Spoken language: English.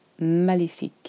Maléfique